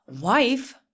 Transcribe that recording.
Wife